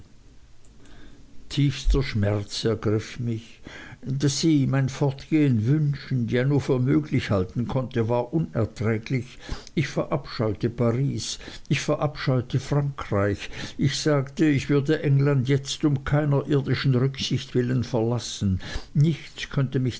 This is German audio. tiefster schmerz ergriff mich daß sie mein fortgehen wünschen ja nur für möglich halten konnte war unerträglich ich verabscheute paris ich verabscheute frankreich ich sagte ich würde england jetzt um keiner irdischen rücksicht willen verlassen nichts könnte